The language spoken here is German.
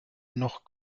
noch